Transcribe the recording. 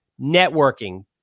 Networking